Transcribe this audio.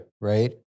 Right